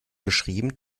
geschrieben